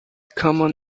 common